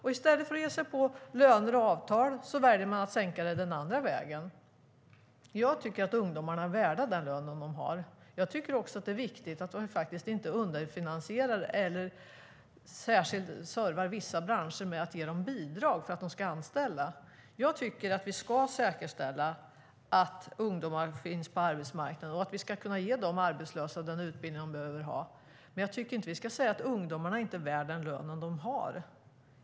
I stället för att ge sig på löner och avtal väljer man att sänka den andra vägen. Jag tycker att ungdomarna är värda den lön de har. Jag tycker också att det är viktigt att detta inte underfinansieras och att man inte särskilt servar vissa branscher genom att ge dem bidrag för att de ska anställa. Vi ska säkerställa att ungdomar finns på arbetsmarknaden, och vi ska kunna ge de arbetslösa den utbildning de behöver. Men vi ska inte säga att ungdomarna inte är värda den lön de har.